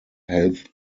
health